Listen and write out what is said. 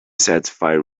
satisfied